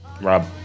Rob